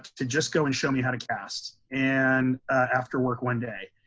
to just go and show me how to cast. and after work one day,